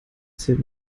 zählt